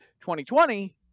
2020